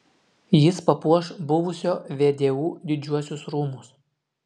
jis papuoš buvusio vdu didžiuosius rūmus